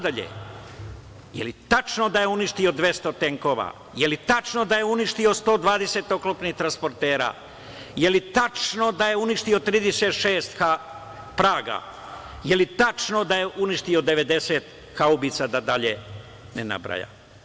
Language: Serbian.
Da li je tačno da je uništio 200 tenkova, da li je tačno da je uništio 120 oklopnih transportera, da li je tačno da je uništio 36 „Praga“, da li je tačno da je uništio 90 haubica, da dalje ne nabrajam?